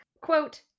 quote